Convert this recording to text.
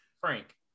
Frank